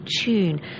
tune